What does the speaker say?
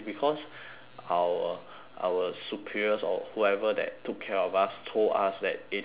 our our superiors or whoever that took care of us told us that it is wrong